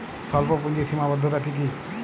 স্বল্পপুঁজির সীমাবদ্ধতা কী কী?